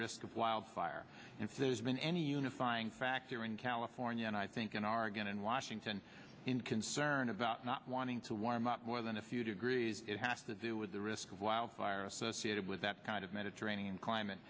risk of wildfire and if there's been any unifying factor in california and i think in our again in washington in concern about not wanting to warm up more than a few degrees it has to do with the risk of wildfire associated with kind of mediterranean climate